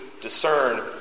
discern